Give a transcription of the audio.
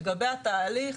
לגבי התהליך,